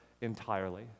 entirely